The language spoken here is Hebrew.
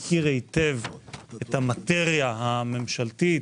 מכיר היטב את המטריה הממשלתית